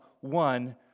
one